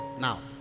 now